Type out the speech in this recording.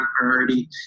priority